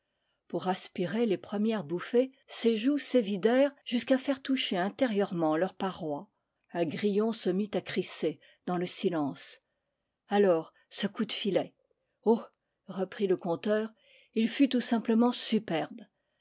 pour aspirer les premières bouf fées ses joues s'évidèrent jusqu'à faire toucher intérieu rement leurs parois un grillon se mit à crisser dans le silence alors ce coup de filet oh reprit le conteur il fut tout simplehient superbe